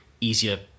easier